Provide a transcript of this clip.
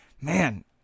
man